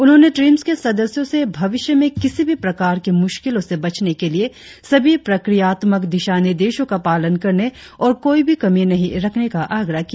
उन्होंने ट्रीम्स के सदस्यों से भविष्य में किसी भी प्रकार की मुश्किलों से बचने के लिए सभी प्रक्रियात्मक दिशानिर्देशों का पालन करने और कोई भी कमी नहीं रखने का आग्रह किया